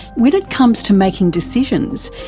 when it comes to making decisions,